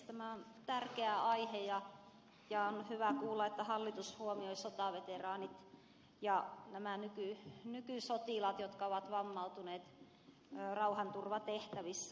tämä on tärkeä aihe ja on hyvä kuulla että hallitus huomioi sotaveteraanit ja nämä nykysotilaat jotka ovat vammautuneet rauhanturvatehtävissä